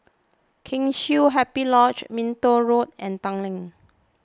Kheng Chiu Happy Lodge Minto Road and Tanglin